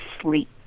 sleep